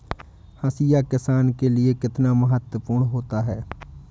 हाशिया किसान के लिए कितना महत्वपूर्ण होता है?